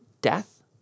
death